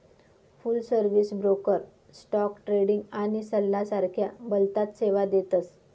फुल service broker stock trading आणि सल्ला सारख्या भलताच सेवा देतस